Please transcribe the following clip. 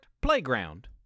playground